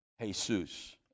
Jesus